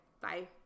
Bye